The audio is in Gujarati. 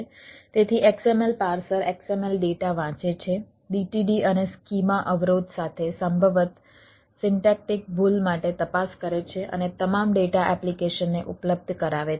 તેથી XML પાર્સર XML ડેટા વાંચે છે DTD અને સ્કીમા અવરોધ સાથે સંભવતઃ સિન્ટેક્ટિક ભૂલ માટે તપાસ કરે છે અને તમામ ડેટા એપ્લિકેશનને ઉપલબ્ધ કરાવે છે